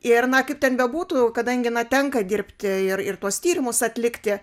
ir na kaip ten bebūtų kadangi na tenka dirbti ir ir tuos tyrimus atlikti